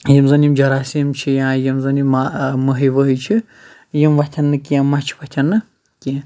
یِم زَن یِم جراسیٖم چھِ یا یِم زَن یِم مہ مٔہۍ ؤہۍ چھِ یِم وۄتھَن نہٕ کیٚنٛہہ مَچھِ وۄتھَن نہٕ کیٚنٛہہ